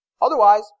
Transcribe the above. Otherwise